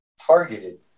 targeted